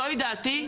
זוהי דעתי,